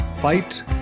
fight